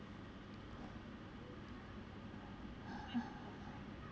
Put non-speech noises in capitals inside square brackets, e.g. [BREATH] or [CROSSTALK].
[BREATH]